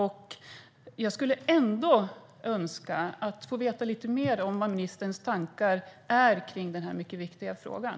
Jag önskar ändå att få veta lite mer om ministerns tankar kring den här mycket viktiga frågan.